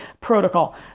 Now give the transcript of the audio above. protocol